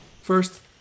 First